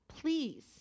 please